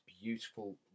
beautiful